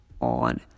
on